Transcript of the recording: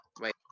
Wait